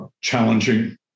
challenging